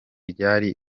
ryari